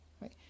right